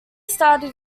started